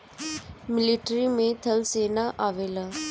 military में थल सेना आवेला